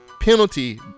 penalty